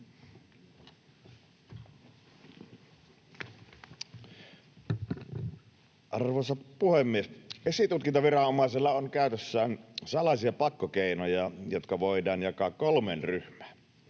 Arvoisa puhemies! Esitutkintaviranomaisella on käytössään salaisia pakkokeinoja, jotka voidaan jakaa kolmeen ryhmään: